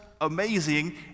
Amazing